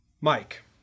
Mike